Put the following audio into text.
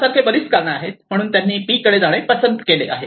यासारखे बरीच कारणं आहेत म्हणून त्यांनी 'बी' कडे जाणे पसंत केले आहे